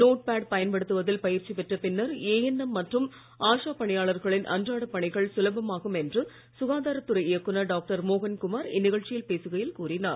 note pad பயன்படுத்துவதில் பயிற்சி பெற்ற பின்னர் ஏஎன்எம் மற்றும் ஆஷா பணியாளர்களின் அன்றாட பணிகள் சுலபமாகும் சுகாதாரத்துறை இயக்குநர் டாக்டர் மோகன் குமார் என்று இந்திகழ்ச்சியில் பேசுகையில் கூறினார்